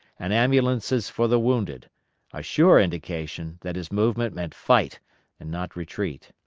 and ambulances for the wounded a sure indication that his movement meant fight and not retreat.